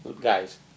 Guys